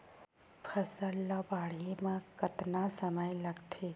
फसल ला बाढ़े मा कतना समय लगथे?